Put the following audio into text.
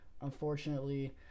Unfortunately